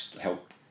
help